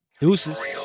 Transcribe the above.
Deuces